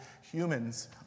humans